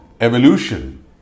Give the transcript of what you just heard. evolution